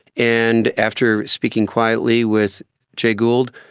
and after speaking quietly with jay gould,